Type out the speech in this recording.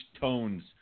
tones